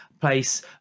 place